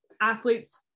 athletes